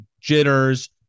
jitters